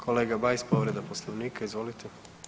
Kolega Bajs, povreda Poslovnika, izvolite.